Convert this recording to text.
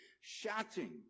shouting